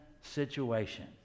situation